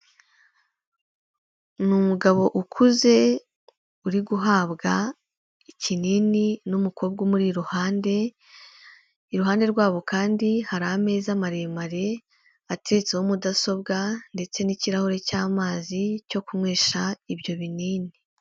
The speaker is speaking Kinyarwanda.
Ni umugabo ukuze uri guhabwa ikinini n'umukobwa umuri iruhande, iruhande rwabo kandi hari ameza maremare ateretseho mudasobwa ndetse n'ikirahure cy'amazi cyo kunywesha ibyo binini.